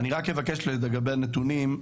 אני רק אבקש לגבי הנתונים,